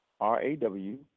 R-A-W